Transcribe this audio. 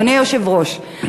אדוני היושב-ראש,